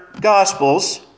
Gospels